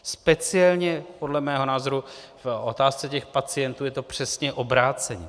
Speciálně podle mého názoru v otázce pacientů je to přesně obráceně.